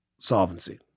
solvency